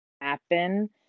happen